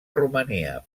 romania